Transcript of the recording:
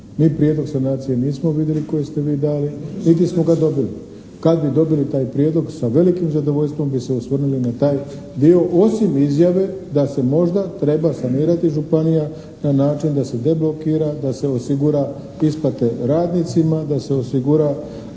Mi prijedlog sanacije nismo vidjeli koji ste vi dali niti smo ga dobili. Kad bi dobili taj prijedlog sa velikim zadovoljstvom bi se osvrnuli na taj dio osim izjave da se možda treba sanirati županija na način da se deblokira, da se osiguraju isplate radnicima, da se osigura